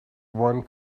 one